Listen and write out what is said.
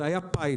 זה היה פיילוט.